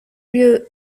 lieu